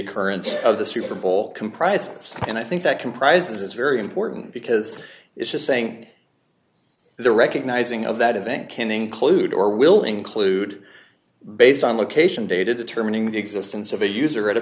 occurrence of the super bowl comprises and i think that comprises very important because it's just saying the recognizing of that event can include or will include based on location data determining the existence of a user at a